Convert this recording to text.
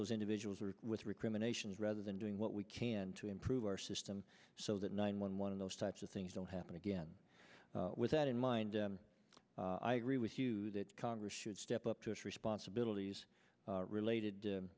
those individuals or with recriminations rather than doing what we can to improve our system so that nine one one of those types of things don't happen again with that in mind i agree with you that congress should step up to its responsibilities related to